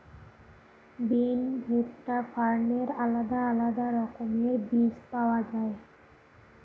বিন, ভুট্টা, ফার্নের আলাদা আলাদা রকমের বীজ পাওয়া যায়